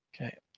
Okay